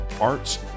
arts